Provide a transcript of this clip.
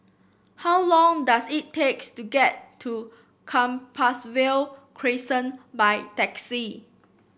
how long does it takes to get to Compassvale Crescent by taxi